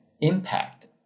impact